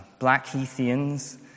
Blackheathians